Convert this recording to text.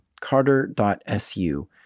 carter.su